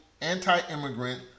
anti-immigrant